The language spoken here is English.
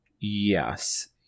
Yes